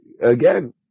again